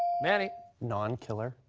manny. non-killer?